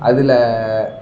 அதில்